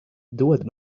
dod